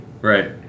right